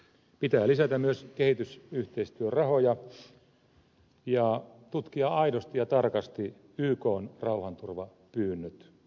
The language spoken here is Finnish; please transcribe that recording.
pitää lisätä myös kehitysyhteistyörahoja ja tutkia aidosti ja tarkasti ykn rauhanturvapyynnöt